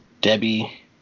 Debbie